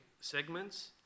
segments